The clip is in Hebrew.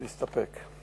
להסתפק.